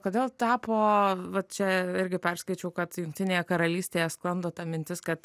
kodėl tapo vat čia irgi perskaičiau kad jungtinėje karalystėje sklando ta mintis kad